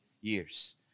years